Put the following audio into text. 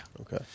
Okay